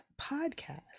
podcast